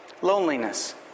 loneliness